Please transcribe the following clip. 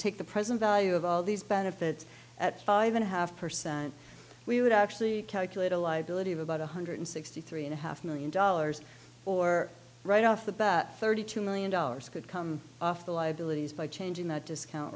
take the present value of all these benefits at five and a half percent and we would actually calculate a liability of about one hundred sixty three and a half million dollars or right off the bat thirty two million dollars could come off the liabilities by changing the discount